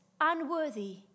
unworthy